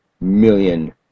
million